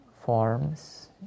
forms